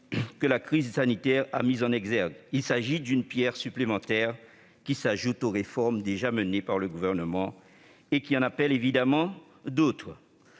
que la crise sanitaire a mis en exergue. Il s'agit d'une pierre supplémentaire qui s'ajoute aux réformes déjà menées par le Gouvernement, et qui en appelle évidemment d'autres.